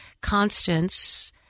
Constance